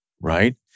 right